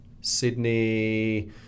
Sydney